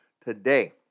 Today